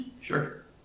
Sure